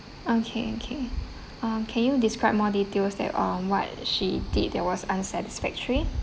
okay okay um can you describe more details that um what she did that was unsatisfactory